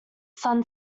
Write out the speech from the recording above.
son